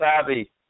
savvy